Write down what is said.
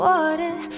Water